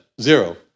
Zero